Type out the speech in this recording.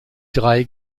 drei